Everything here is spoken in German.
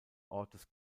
ortes